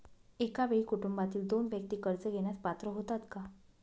एका वेळी कुटुंबातील दोन व्यक्ती कर्ज घेण्यास पात्र होतात का?